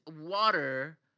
water